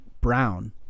brown